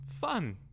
fun